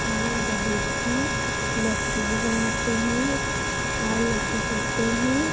हम दही की लस्सी भी बनाते हैं और लस्सी पीते हैं